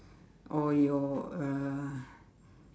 or your uh